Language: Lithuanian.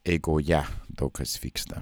eigoje daug kas vyksta